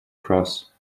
cross